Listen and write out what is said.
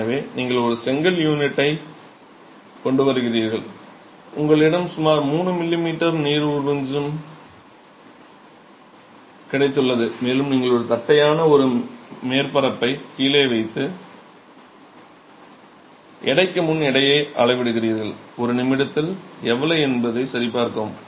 எனவே நீங்கள் ஒரு செங்கல் யூனிட்டைக் கொண்டு வருகிறீர்கள் உங்களிடம் சுமார் 3 mm நீர் கிடைத்துள்ளது மேலும் நீங்கள் ஒரு தட்டையான ஒரு மேற்பரப்பை கீழே வைத்து எடைக்கு முன் எடையை அளவிடுகிறீர்கள் 1 நிமிடத்தில் எவ்வளவு என்பதைச் சரிபார்க்கவும்